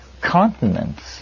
continents